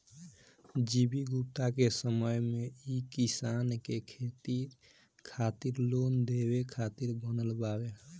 G V Gupta के समय मे ई किसान के खेती खातिर लोन देवे खातिर बनल बावे